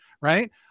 right